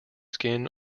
skin